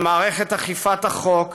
על מערכת אכיפת החוק,